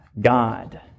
God